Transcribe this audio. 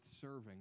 serving